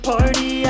Party